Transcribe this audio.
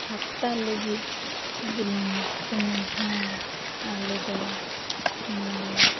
ᱦᱟᱯᱛᱟ ᱞᱟᱹᱜᱤᱫ ᱵᱩᱞᱩᱝ ᱥᱩᱱᱩᱢ ᱦᱮ ᱟᱞᱮ ᱫᱚ ᱱᱚᱰᱮ